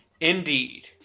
Indeed